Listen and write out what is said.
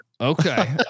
Okay